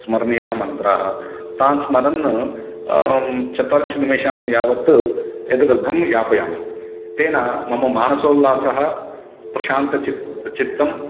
स्मरणीयाः मन्त्राः तान् स्मरन् चत्वारिंशत् निमेषान् यावत् एतदर्थं यापयामि तेन मम मानसोल्लासः प्रशान्तचित्तं चित्तम्